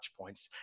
Touchpoints